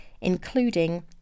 including